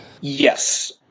Yes